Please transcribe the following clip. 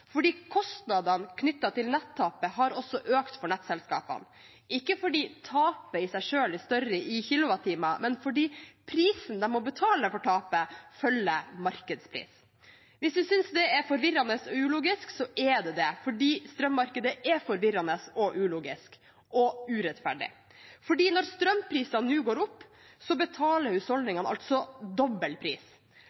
kostnadene knyttet til nettapet har også økt for nettselskapene – ikke fordi tapet i seg selv er større i kilowattimer, men fordi prisen de må betale for tapet, følger markedspris. Hvis man synes det er forvirrende og ulogisk, så er det det, for strømmarkedet er forvirrende og ulogisk – og urettferdig. Når strømprisene nå går opp, betaler husholdningene altså dobbel pris. De betaler